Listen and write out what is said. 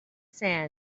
sand